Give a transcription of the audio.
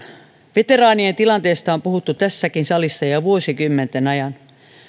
veteraanien tilanteesta on puhuttu tässäkin salissa jo vuosikymmenten ajan